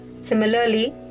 Similarly